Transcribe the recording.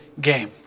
game